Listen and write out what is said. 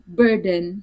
burden